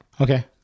Okay